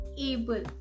able